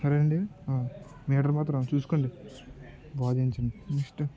సరే అండి మీడర్ మాత్రం రా చూసుకోండి బాగు చేయించండి నెక్స్ట్